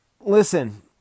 listen